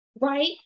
right